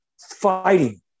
fighting